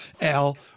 Al